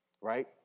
Right